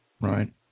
Right